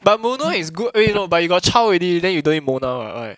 but mona is good eh but you know but you got child already then you don't need mona